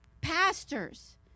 pastors